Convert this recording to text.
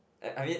at I mean